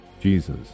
Jesus